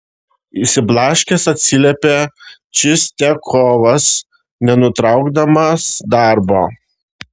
išsiblaškęs atsiliepė čistiakovas nenutraukdamas darbo